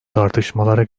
tartışmalara